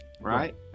right